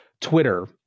Twitter